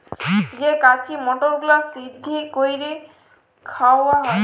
যে কঁচি মটরগুলা সিদ্ধ ক্যইরে খাউয়া হ্যয়